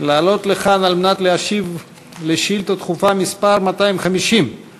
לעלות לכאן על מנת להשיב על שאילתה דחופה מס' 250,